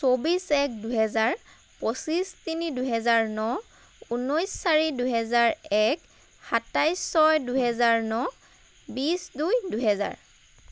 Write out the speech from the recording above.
চৌবিছ এক দুহেজাৰ পঁচিছ তিনি দুহেজাৰ ন উনৈছ চাৰি দুহেজাৰ এক সাতাইছ ছয় দুহেজাৰ ন বিছ দুই দুই দুহেজৰ